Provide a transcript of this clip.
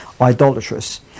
idolatrous